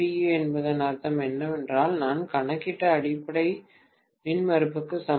u என்பதன் அர்த்தம் என்னவென்றால் நான் கணக்கிட்ட அடிப்படை மின்மறுப்புக்கு சமம்